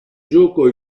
gioco